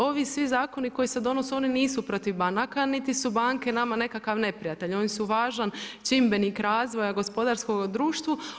Ovi svi zakoni koji se donose oni nisu protiv banaka niti su banke nama nekakav neprijatelj, one su važan čimbenik razvoja gospodarskom društvu.